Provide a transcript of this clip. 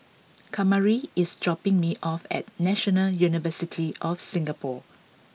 Kamari is dropping me off at National University of Singapore